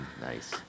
nice